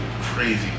crazy